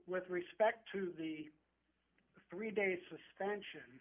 with respect to the three day suspension